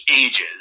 ages